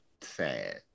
Sad